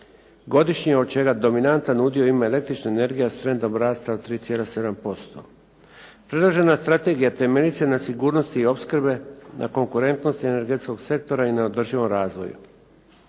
godišnje od čega dominantan udio ima električna energija s trendom rasta od 3,7%. Predložena strategija temelji se na sigurnosti opskrbe, na konkurentnost energetskog sektora i neodrživom razvoju.